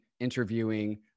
interviewing